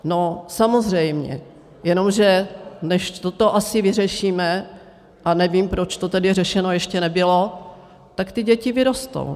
No samozřejmě, jenomže než toto asi vyřešíme, a nevím, proč to tedy řešeno ještě nebylo, tak ty děti vyrostou.